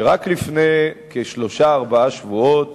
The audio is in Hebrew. שרק לפני שלושה-ארבעה שבועות